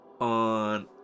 on